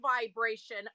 vibration